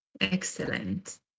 excellent